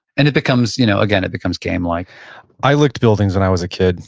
and it becomes you know again, it becomes game like i licked buildings when i was a kid